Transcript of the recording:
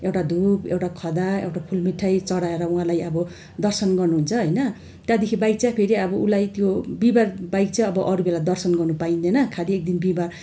एउटा धुप एउटा खदा एउटा फुल मिठाई चढाएर उहाँलाई अब दर्शन गर्नुहुन्छ होइन त्यहाँदेखि बाहेक चाहिँ फेरि अब उसलाई त्यो बिहिबार बाहेक चाहिँ अब अरू बेला दर्शन गर्नु पाइँदैन खालि एक दिन बिहिबार